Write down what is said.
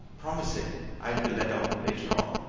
promising i'd be let out later on.